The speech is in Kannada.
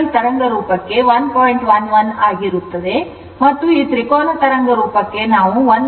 11 ಆಗಿರುತ್ತದೆ ಮತ್ತು ಈ ತ್ರಿಕೋನ ತರಂಗರೂಪಕ್ಕೆ ನಾವು 1